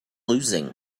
losing